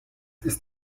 ist